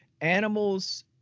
Animals